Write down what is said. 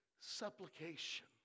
supplication